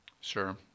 Sure